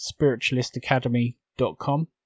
spiritualistacademy.com